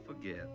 forget